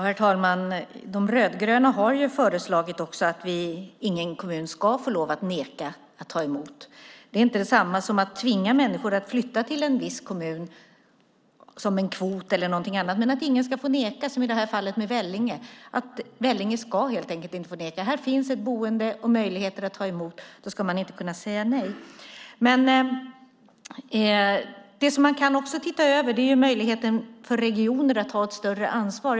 Herr talman! De rödgröna har också föreslagit att ingen kommun ska få lov att neka till att ta emot. Det är inte detsamma som att tvinga människor att flytta till en viss kommun, som en kvot eller något annat, men ingen ska helt enkelt få neka som Vellinge har gjort. Här finns ett boende och möjligheter att ta emot; då ska man inte kunna säga nej. Det man också kan se över är möjligheten för regioner att ta ett större ansvar.